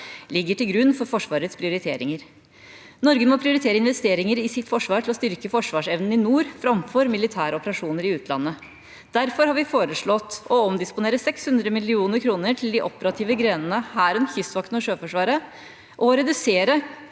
ligger til grunn for Forsvarets prioriteringer. Norge må prioritere investeringer i sitt forsvar til å styrke forsvarsevnen i nord framfor militære operasjoner i utlandet. Derfor har vi foreslått å omdisponere 600 mill. kr til de operative grenene Hæren, Kystvakten og Sjøforsvaret, å redusere